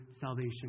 salvation